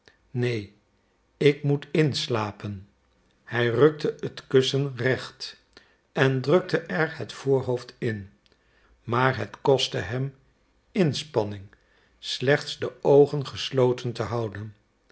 neen ik moet inslapen hij rukte het kussen terecht en drukte er het voorhoofd in maar het kostte hem inspanning slechts de oogen gesloten te houden